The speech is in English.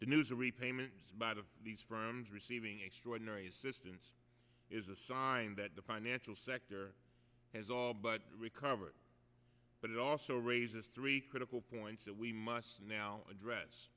the news a repayment about of these firms receiving extraordinary assistance is a sign that the financial sector has all but recovered but it also raises three critical points that we must now address